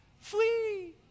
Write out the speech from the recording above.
Flee